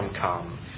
come